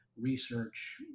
research